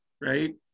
right